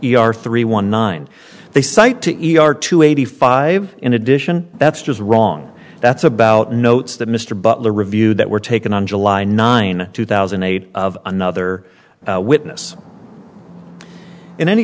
counsel three one nine they cite to e r two eighty five in addition that's just wrong that's about notes that mr butler reviewed that were taken on july nine two thousand and eight of another witness in any